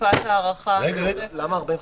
45 ימים?